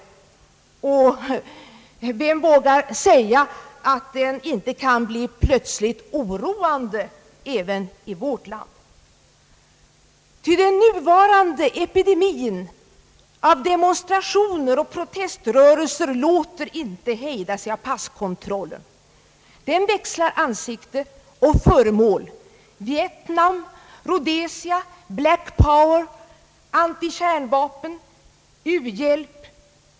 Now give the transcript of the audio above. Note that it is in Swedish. Vem vågar säga att denna klyfta inte plötsligt kan bli oroande även i vårt land? "fy den nuvarande epidemin av demonstrationer och proteströrelser låter inte hejda sig av passkontrollen. Den växlar ansikte och föremål: Vietnam, Rhode sia, Black Power, anti-kärnvapen eller u-hjälp.